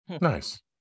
nice